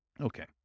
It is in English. Okay